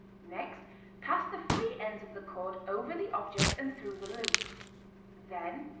next pass the free ends of the cord over the object and through the loop then,